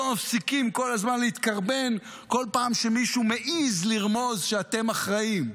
לא מפסיקים כל הזמן להתקרבן כל פעם כשמישהו מעז לרמוז שאתם אחראים.